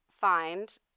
find